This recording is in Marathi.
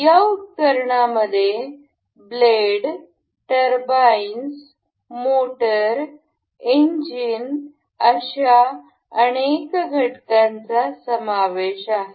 या उपकरणामध्ये ब्लेड टर्बाइन्स मोटर इंजिन अशा अनेक घटकांचा समावेश आहे